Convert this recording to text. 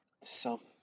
self